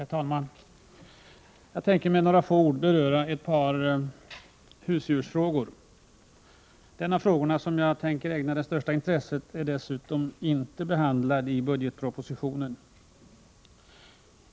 Herr talman! Jag skall med några få ord beröra ett par husdjursfrågor. En av frågorna, som jag tänker ägna det största intresset åt, är dessutom inte behandlad i budgetpropositionen.